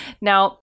Now